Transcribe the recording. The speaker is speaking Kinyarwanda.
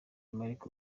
amerika